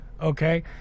Okay